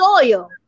soil